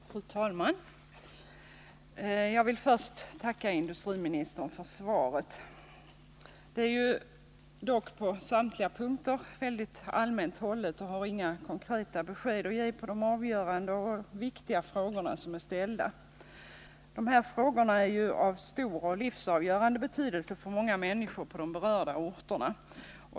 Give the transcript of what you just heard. Fru talman! Jag vill först tacka industriministern för svaret. Detta är dock på samtliga punkter väldigt allmänt hållet och har inga konkreta besked att ge på de avgörande och viktiga frågor som är ställda. De här frågorna är av stor och livsavgörande betydelse för många människor på de berörda orterna.